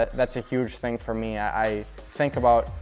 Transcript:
that's a huge thing for me. i think about,